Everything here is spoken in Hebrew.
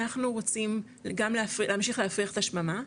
אנחנו רוצים גם להמשיך 'להפריח את השממה',